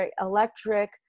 Electric